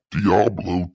Diablo